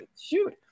shoot